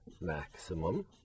maximum